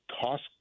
cost